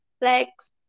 flex